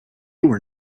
were